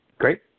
Great